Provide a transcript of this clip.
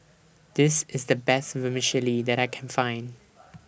This IS The Best Vermicelli that I Can Find